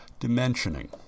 Dimensioning